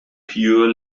pure